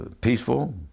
peaceful